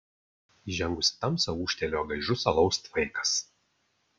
įžengus į tamsą ūžtelėjo gaižus alaus tvaikas